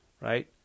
right